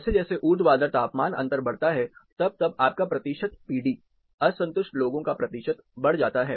जैसे जैसे ऊर्ध्वाधर तापमान अंतर बढ़ता है तब तब आपका प्रतिशत पीडी असंतुष्ट लोगों का प्रतिशत बढ़ जाता है